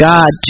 God